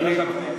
לפנים.